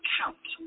count